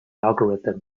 algorithm